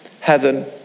heaven